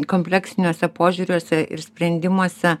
kompleksiniuose požiūriuose ir sprendimuose